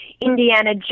Indiana